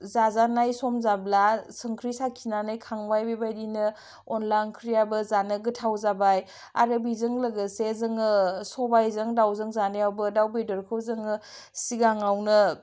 जाजानाय सम जाब्ला संख्रि साखिनानै खांबाय बेबायदिनो अनला ओंख्रियाबो जानो गोथाव जाबाय आरो बिजों लोगोसे जोङो सबाइजों दाउजों जानायावबो दाउ बेदरखौ जोङो सिगाङावनो